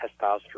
testosterone